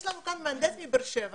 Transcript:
יש לנו כאן מהנדס מבאר שבע